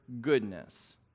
goodness